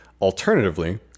Alternatively